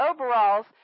overalls